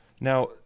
Now